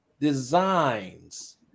designs